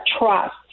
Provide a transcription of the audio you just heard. trust